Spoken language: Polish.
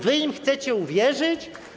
Wy im chcecie uwierzyć?